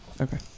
Okay